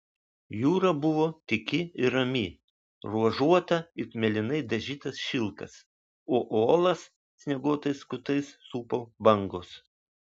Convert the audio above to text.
jūra buvo tyki ir rami ruožuota it mėlynai dažytas šilkas o uolas snieguotais kutais supo bangos